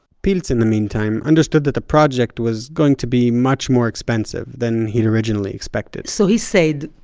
pilz in the meantime, understood that the project was going to be much more expensive than he had originally expected. so he said,